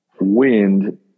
wind